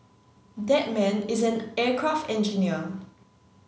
that man is an aircraft engineer